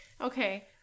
Okay